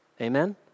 amen